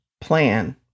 plan